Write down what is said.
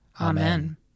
Amen